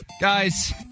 Guys